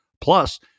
plus